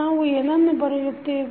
ನಾವು ಏನನ್ನು ಬರೆಯುತ್ತೇವೆ